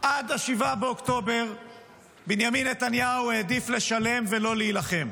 עד 7 באוקטובר בנימין נתניהו העדיף לשלם ולא להילחם,